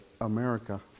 America